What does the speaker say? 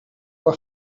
were